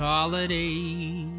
Holidays